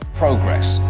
progress.